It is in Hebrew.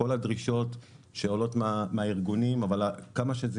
כל הדרישות שעולות מהארגונים אבל כמה שזה